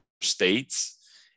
states